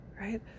right